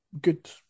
good